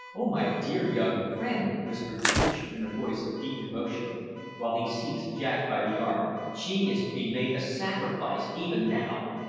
oh my dear young friend! whispered the teacher in a voice of deep emotion while he seized jack by the arm, she is to be made a sacrifice even now!